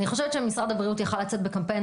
אני חושבת שמשרד הבריאות יכל לצאת בקמפיין